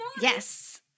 Yes